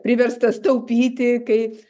priverstas taupyti kai